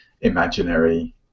imaginary